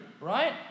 right